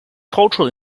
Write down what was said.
cultural